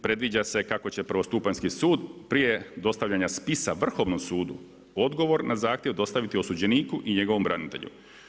Predviđa se kako će prvostupanjski sud prije dostavljanje spisa vrhovnog sudu, odgovor na zahtjev dostaviti osuđeniku i njegovom branitelju.